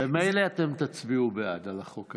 ממילא אתם תצביעו בעד החוק הזה.